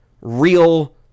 real